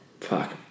Fuck